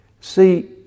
See